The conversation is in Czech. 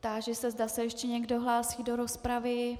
Táži se, zda se ještě někdo hlásí do rozpravy.